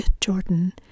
Jordan